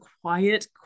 quiet